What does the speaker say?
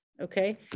okay